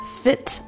fit